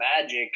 magic